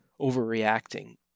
overreacting